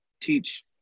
teach